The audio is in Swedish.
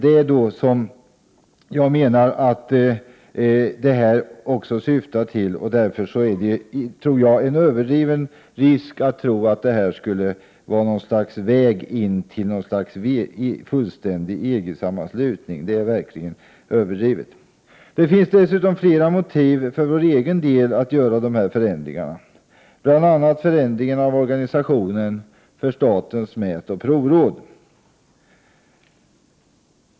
Det är också det som förslaget syftar till. Det finns dessutom flera motiv för vår egen del i Sverige att göra dessa förändringar, bl.a. förändringen av organisationen för statens mätoch provråd.